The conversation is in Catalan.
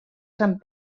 sant